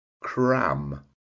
cram